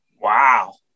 Wow